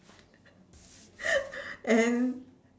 and